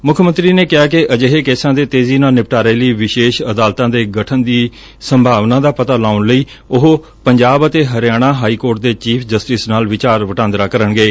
ਮੁੱਖ ਮੰਤਰੀ ਨੇ ਕਿਹਾ ਕਿ ਅਜਿਹੇ ਕੇਸਾਂ ਦੇ ਤੇਜ਼ੀ ਨਾਲ ਨਿਪਟਾਰੇ ਲਈ ਵਿਸ਼ੇਸ਼ ਅਦਾਲਤਾਂ ਦੇ ਗਠਨ ਦੀ ਸੰਭਾਵਨਾ ਦਾ ਪਤਾ ਲਾਉਣ ਲਈ ਉਹ ਪੰਜਾਬ ਅਤੇ ਹਰਿਆਣਾ ਹਾਈਕੋਰਟ ਦੇ ਚੀਫ਼ ਜਸਟਿਸ ਨਾਲ ਵਿਚਾਰ ਵਟਾਂਦਰਾ ਕਰਨਗੇ